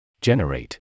Generate